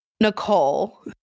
Nicole